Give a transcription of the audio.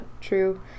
True